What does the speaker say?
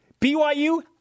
BYU